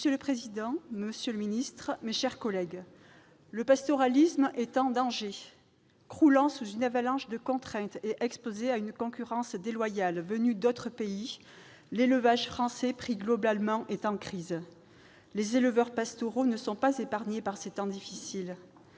Monsieur le président, monsieur le ministre, mes chers collègues, le pastoralisme est en danger. Croulant sous une avalanche de contraintes et exposé à une concurrence déloyale venue d'autres pays, l'élevage français pris globalement est en crise. Les éleveurs pastoraux ne sont pas épargnés par ces temps difficiles.